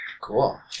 Cool